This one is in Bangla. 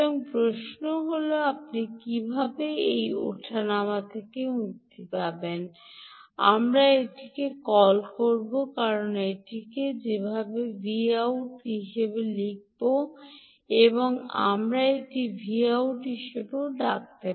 সুতরাং প্রশ্ন হল আপনি কীভাবে এই ওঠানামা পান আমরা এটিকে কল করব কারণ আমরা এটিকে যেমন Vout হিসাবে লিখতে বলব এবং আমরা এটি Vout হিসাবে ডাকব